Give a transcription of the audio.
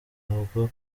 ntabwo